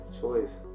choice